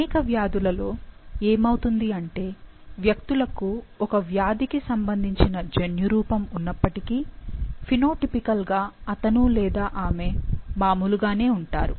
అనేక వ్యాధులలో ఏమవుతుంది అంటే వ్యక్తులకు ఒక వ్యాధికి సంబంధించిన జన్యురూపము ఉన్నప్పటికీ ఫినోటిపికల్ గా అతను లేదా ఆమె మామూలుగానే ఉంటారు